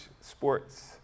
sports